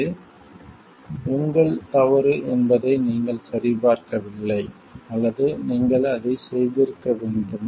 இது உங்கள் தவறு என்பதை நீங்கள் சரிபார்க்கவில்லை அல்லது நீங்கள் அதைச் செய்திருக்க வேண்டும்